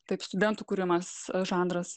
taip studentų kuriamas žanras